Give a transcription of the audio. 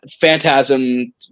Phantasm